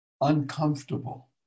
uncomfortable